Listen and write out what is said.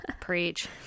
Preach